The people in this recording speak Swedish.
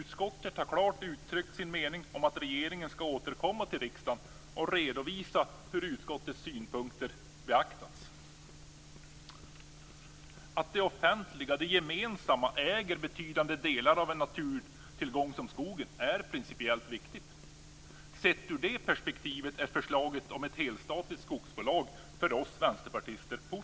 Utskottet har klart uttryckt sin mening om att regeringen skall återkomma till riksdagen och redovisa hur utskottets synpunkter beaktats. Att det offentliga, det gemensamma, äger betydande delar av en naturtillgång som skogen är principiellt viktigt. Sett ur det perspektivet är förslaget om ett helstatligt skogsbolag positivt för oss vänsterpartister.